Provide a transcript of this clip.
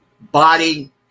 body